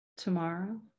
Tomorrow